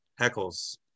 heckles